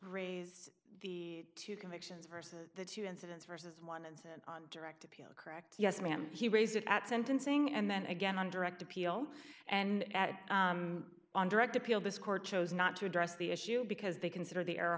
raise the two convictions versus the two incidents versus one incident on direct appeal correct yes ma'am he raised it at sentencing and then again on direct appeal and on direct appeal this court chose not to address the issue because they considered the er